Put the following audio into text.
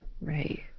right